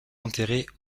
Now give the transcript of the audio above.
enterrées